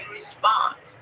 response